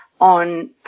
On